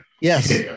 Yes